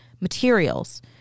materials